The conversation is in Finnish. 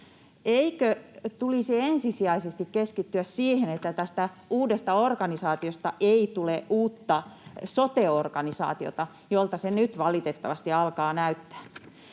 Eikö tulisi ensisijaisesti keskittyä siihen, että tästä uudesta organisaatiosta ei tule uutta sote-organisaatiota, jolta se nyt valitettavasti alkaa näyttää?